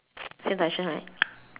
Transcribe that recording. same direction right